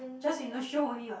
just in the show only [what]